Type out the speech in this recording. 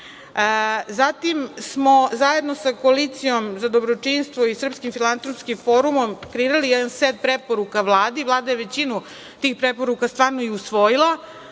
smo zajedno sa Koalicijom za dobročinstvo i Srpskim filantropskim forumom kreirali jedan set preporuka Vladi. Vlada je većinu tih preporuka stvarno i usvojila.